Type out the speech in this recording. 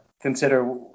consider